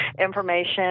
information